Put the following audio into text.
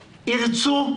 ירצו,